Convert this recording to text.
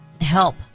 Help